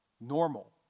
normal